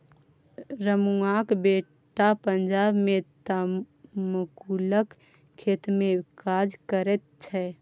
रमुआक बेटा पंजाब मे तमाकुलक खेतमे काज करैत छै